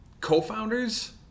co-founders